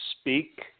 speak